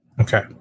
Okay